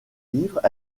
livres